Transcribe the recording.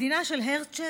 המדינה של הרצל,